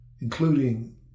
including